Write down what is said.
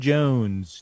Jones